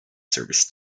service